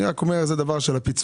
אני רק אומר, זה דבר של הפיצויים.